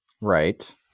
Right